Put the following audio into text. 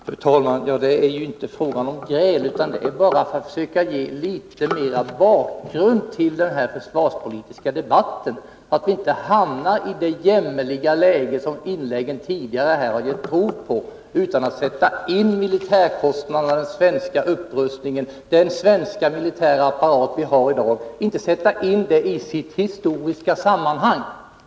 Fru talman! Det är inte fråga om gräl, utan jag försöker bara ge en bättre bakgrund till den försvarspolitiska debatten, så att vi inte hamnar i det jämmerliga läge som de tidigare inläggen här har gett prov på. De tidigare talarna har inte satt in de militära kostnaderna, den svenska upprustningen och den svenska militära apparat som vi i dag har i sitt historiska sammanhang.